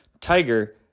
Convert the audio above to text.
Tiger